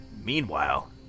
Meanwhile